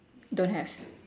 don't have